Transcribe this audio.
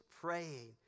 praying